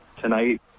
tonight